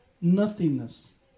nothingness